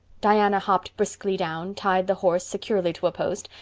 diana hopped briskly down, tied the horse securely to a post,